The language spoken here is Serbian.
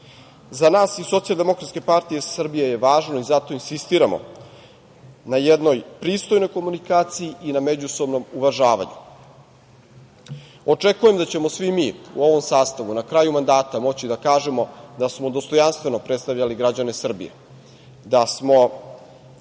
Za nas iz SDPS je važno i zato insistiramo na jednoj pristojnoj komunikaciji i na međusobnom uvažavanju. Očekujem da ćemo svi mi u ovom sastavu na kraju mandata moći da kažemo da smo dostojanstveno predstavljali građane Srbije, da smo